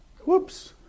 whoops